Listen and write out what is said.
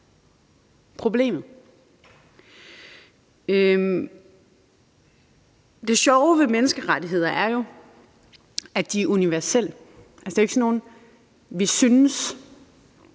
problemet. Det sjove ved menneskerettigheder er jo, at de er universelle. Altså, det er jo ikke noget, vi synes